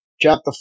Chapter